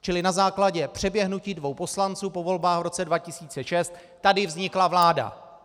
Čili na základě přeběhnutí dvou poslanců po volbách v roce 2006 tady vznikla vláda!